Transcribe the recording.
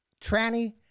tranny